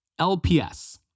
LPS